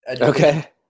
Okay